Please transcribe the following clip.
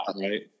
right